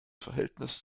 verhältnis